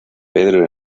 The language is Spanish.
pedro